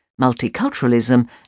multiculturalism